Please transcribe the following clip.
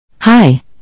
Hi